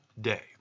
day